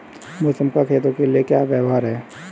मौसम का खेतों के लिये क्या व्यवहार है?